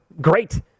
great